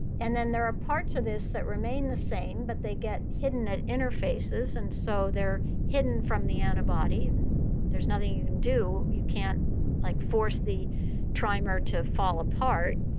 and then there are parts of this that remain the same, but they get hidden at interfaces. and so they're hidden from the antibody. and there's nothing you can do. you can't like force the trimer to fall apart.